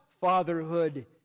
fatherhood